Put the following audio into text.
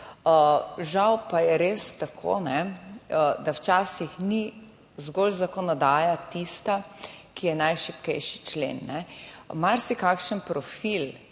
Žal pa je res tako, da včasih ni zgolj zakonodaja tista, ki je najšibkejši člen; marsikakšen profil,